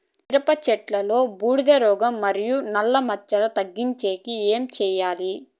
మిరప చెట్టులో బూడిద రోగం మరియు నల్ల మచ్చలు తగ్గించేకి ఏమి చేయాలి?